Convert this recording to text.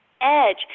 edge